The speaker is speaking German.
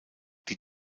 die